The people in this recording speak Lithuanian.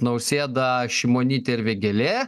nausėda šimonytė ir vėgėlė